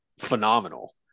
phenomenal